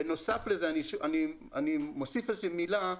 בנוסף לזה אני מוסיף מילה.